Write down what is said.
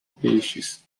peixes